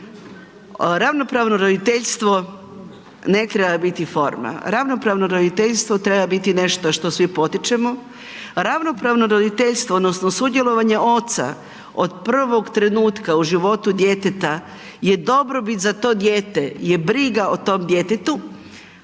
Ravnopravno roditeljstvo ne treba biti forma, ravnopravno roditeljstvo treba biti nešto što svi potičemo, ravnopravno roditeljstvo odnosno sudjelovanje oca od prvog trenutka u životu djeteta je dobrobit za to dijete, je briga o tom djetetu.